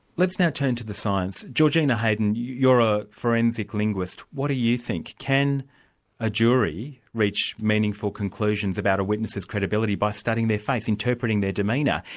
let's now turn to the science. georgina heydon, you're a forensic linguist. what do you think? can a jury reach meaningful conclusions about a witness's credibility by studying their face, interpreting their demeanour,